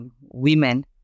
women